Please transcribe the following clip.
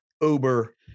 Uber